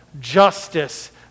justice